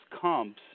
comps